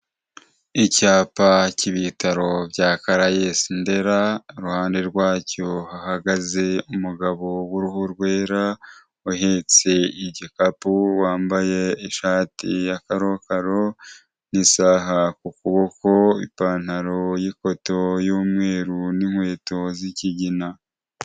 Icyapa cy'ibitaro bya carayesi Ndera. Uruhande rwacyo hahagaze umugabo w'uruhu rwera, uhetse igikapu wambaye ishati ya karokaro n'isaha ku kuboko. Ipantaro y'itokoto y'umweru n'inkweto z'ikigina.